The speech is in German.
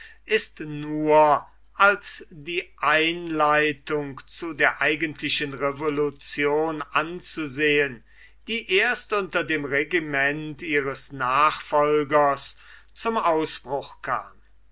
ist nur als die einleitung zu der eigentlichen revolution anzusehen die erst unter dem regiment ihres nachfolgers zum ausbruch kam